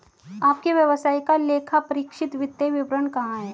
आपके व्यवसाय का लेखापरीक्षित वित्तीय विवरण कहाँ है?